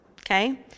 Okay